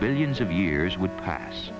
billions of years would pass